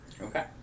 Okay